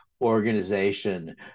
organization